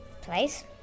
place